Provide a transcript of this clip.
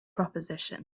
proposition